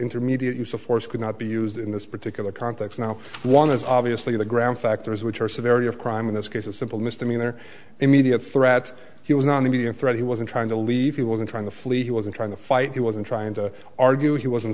intermediate use of force could not be used in this particular context now one is obviously the ground factors which are severity of crime in this case a simple mr mean their immediate threat he was not to be a threat he wasn't trying to leave he was in trying to flee he wasn't trying to fight he wasn't trying to argue he wasn't